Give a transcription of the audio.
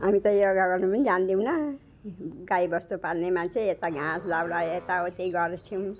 हामी त योगा गर्नु पनि जान्दैनौँ गाईवस्तु पाल्ने मान्छे यता घाँसदाउरा यताउति गर्छौँ